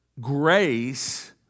Grace